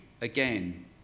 again